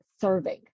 serving